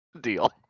Deal